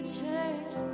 church